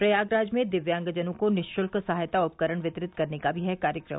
प्रयागराज में दिव्यांगजनों को निशुल्क सहायता उपकरण वितरित करने का भी है कार्यक्रम